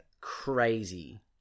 crazy